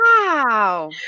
Wow